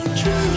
True